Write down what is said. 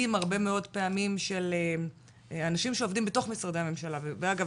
הרבה מאוד פעמים של אנשים שעובדים בתוך משרדי הממשלה ואגב